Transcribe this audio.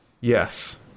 Yes